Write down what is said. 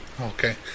Okay